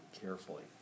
carefully